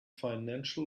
financial